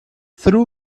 true